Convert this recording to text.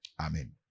Amen